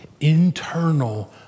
internal